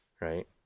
right